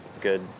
good